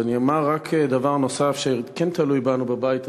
אני אומר רק דבר נוסף שכן תלוי בנו בבית הזה.